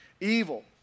evil